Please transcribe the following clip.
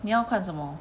你要看什么